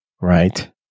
Right